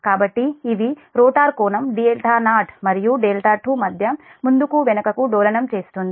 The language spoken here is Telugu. కాబట్టి ఇవి రోటర్ కోణం δ0 మరియు δ2 మధ్య ముందుకు వెనుకకు డోలనం చేస్తుంది